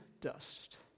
dust